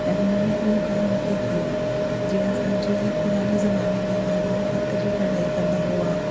ऐं हुन में उहा ॻाल्हि नथी थिए जीअं असांजे पुराणे ज़माने में माण्हू हथु जी कढ़ाई कंदा हुआ